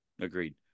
Agreed